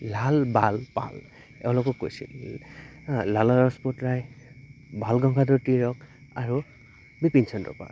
লাল বাল পাল এওঁলোকক কৈছিল লালা ৰাজপুত ৰাই বাল গংগাধৰ টিলক আৰু বিপিন চন্দ্ৰপাল